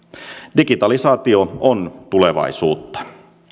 digitalisaatio on tulevaisuutta